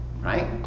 right